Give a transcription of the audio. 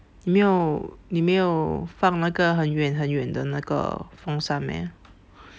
你没有你没有放那个很远很远的那个风扇 meh